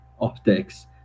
optics